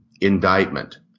indictment